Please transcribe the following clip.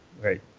right